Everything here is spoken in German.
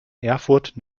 erfurt